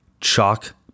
chalk